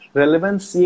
relevance